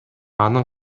анын